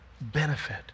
benefit